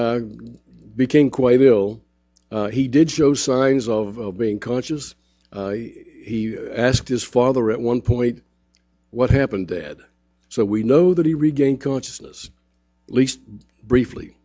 god became quite ill he did show signs of being conscious he asked his father at one point what happened dead so we know that he regained consciousness least briefly